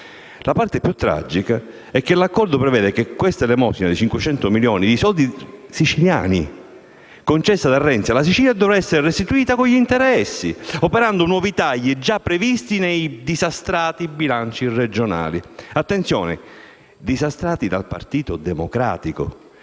La parte più tragica è che l'accordo prevede che quest'elemosina di 500 milioni (i soldi siciliani concessi da Renzi alla Sicilia) dovrà essere restituita con gli interessi, operando nuovi tagli già previsti nei disastrati bilanci regionali. Attenzione: disastrati dal Partito Democratico,